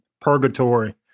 purgatory